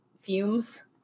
Fumes